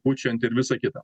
pučiant ir visa kita